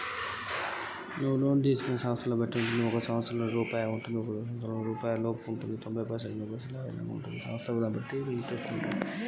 Loan తీస్కుంటే interest ఎంత పడ్తది?